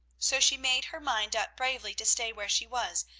so she made her mind up bravely to stay where she was,